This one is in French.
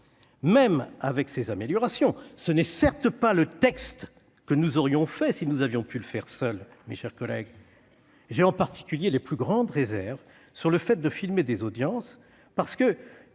Même avec ces améliorations, ce n'est certes pas le texte que nous aurions fait si nous avions pu le faire seuls, mes chers collègues. J'ai en particulier les plus grandes réserves sur le fait de filmer des audiences, parce que